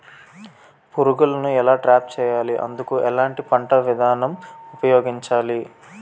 పురుగులను ఎలా ట్రాప్ చేయాలి? అందుకు ఎలాంటి పంట విధానం ఉపయోగించాలీ?